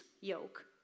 yoke